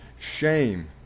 shame